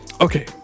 Okay